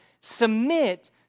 submit